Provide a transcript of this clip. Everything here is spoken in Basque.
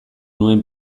nuen